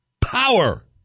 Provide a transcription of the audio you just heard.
power